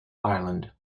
ireland